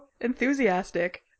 enthusiastic